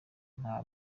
nta